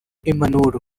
impanuro